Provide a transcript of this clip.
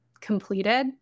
completed